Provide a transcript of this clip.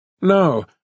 No